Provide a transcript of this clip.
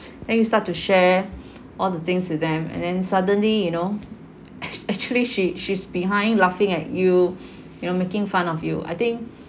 and you start to share all the things to them and then suddenly you know ac~ actually she she's behind laughing at you you know making fun of you I think